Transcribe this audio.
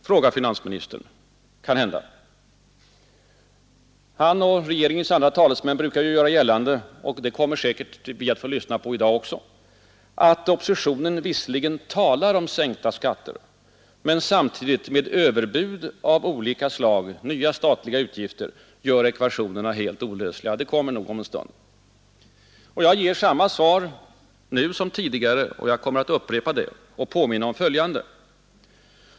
frågar finansministern kanhända. Han och regeringens andra talesmän brukar göra gällande — det kommer vi säkert att få höra i dag också — att oppositionen visserligen talar om sänkta skatter men kommer samtidigt med överbud av olika slag i form av nya statliga utgifter, vilket gör ekvationen helt olöslig. Det kommer nog att sägas också här om en stund. Och jag ger samma svar nu som tidigare och påminner om följande.